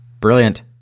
brilliant